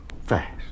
fast